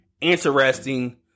interesting